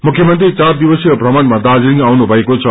मुख्यमन्त्री चार दिवसीय प्रमणमा दार्जालिङ आउनु भएको छ